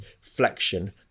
flexion